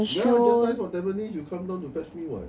ya just nice what tampines you come down to fetch me what